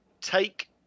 take